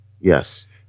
Yes